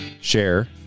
share